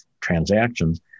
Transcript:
transactions